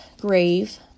Grave